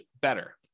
better